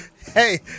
Hey